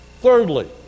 Thirdly